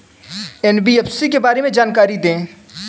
NBFC के बारे में जानकारी दें?